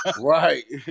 Right